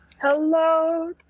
Hello